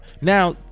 Now